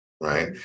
right